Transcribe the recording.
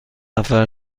نفر